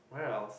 where else